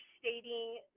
stating